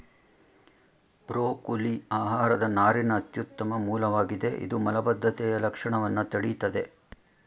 broccoli ಆಹಾರದ ನಾರಿನ ಅತ್ಯುತ್ತಮ ಮೂಲವಾಗಿದೆ ಇದು ಮಲಬದ್ಧತೆಯ ಲಕ್ಷಣವನ್ನ ತಡಿತದೆ